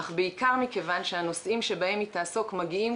אך בעיקר מכיוון שהנושאים שבהם היא תעסוק מגיעים